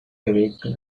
awaken